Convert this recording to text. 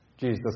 Jesus